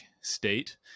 state